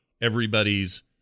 everybody's